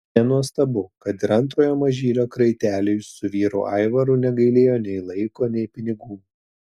nenuostabu kad ir antrojo mažylio kraiteliui su vyru aivaru negailėjo nei laiko nei pinigų